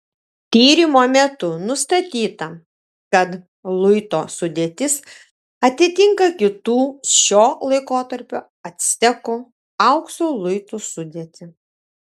tyrimo metu nustatyta kad luito sudėtis atitinka kitų šio laikotarpio actekų aukso luitų sudėtį